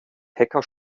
hecker